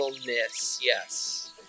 Yes